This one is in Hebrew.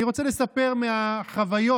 אני רוצה לספר מהחוויות